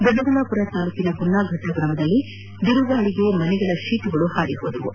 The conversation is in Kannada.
ದೊಡ್ಡಬಳ್ಳಾಪುರ ತಾಲೂಕಿನಲ್ಲಿ ಹೊನ್ನಾಫಟ್ಟ ಗ್ರಾಮದಲ್ಲಿ ಬಿರುಗಾಳಿಗೆ ಮನೆಗಳ ಶೀಟುಗಳು ಹಾರಿಹೋಗಿವೆ